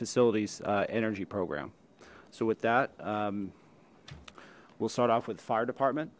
facilities energy program so with that we'll start off with fire department